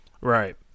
right